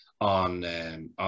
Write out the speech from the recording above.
on